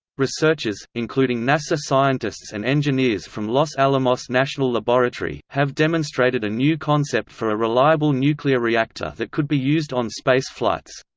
researchers, including nasa scientists and engineers from los alamos national laboratory, have demonstrated a new concept for a reliable nuclear reactor that could be used on space flights.